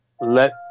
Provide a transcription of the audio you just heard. let